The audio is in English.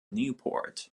newport